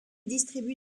distribue